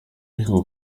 ariko